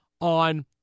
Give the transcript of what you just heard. on